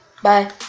Bye